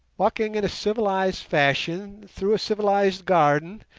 walking in a civilized fashion, through a civilized garden,